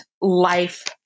life